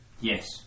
Yes